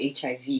HIV